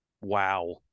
Wow